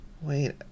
Wait